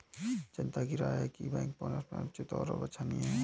जनता की राय है कि बैंक बोनस अनुचित और अवांछनीय है